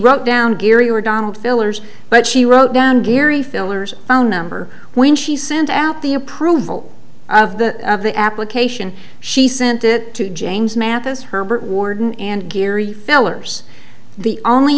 wrote down gary were donald fillers but she wrote down gary fillers phone number when she sent out the approval of the application she sent it to james mathis herbert warden and gary fellers the only